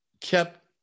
Kept